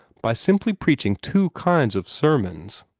by simply preaching two kinds of sermons.